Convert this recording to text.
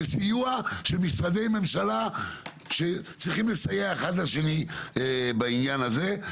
וסיוע של משרדי ממשלה שצריכים לסייע אחד לשני בעניין הזה.